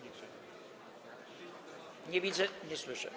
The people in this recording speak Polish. Nie widzę, nie słyszę.